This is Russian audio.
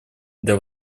для